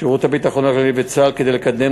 שירות הביטחון הכללי וצה"ל כדי לקדם